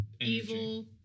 evil